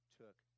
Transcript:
took